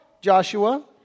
Joshua